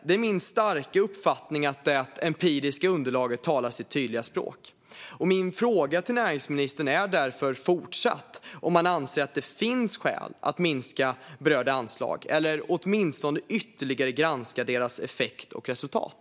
Det är min starka uppfattning att det empiriska underlaget talar sitt tydliga språk. Min fråga till näringsministern är därför fortsatt om han anser att det finns skäl att minska berörda anslag eller åtminstone ytterligare granska deras effekt och resultat.